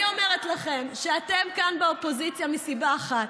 אני אומרת לכם שאתם כאן באופוזיציה מסיבה אחת,